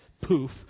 poof